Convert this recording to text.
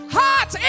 hot